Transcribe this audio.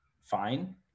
fine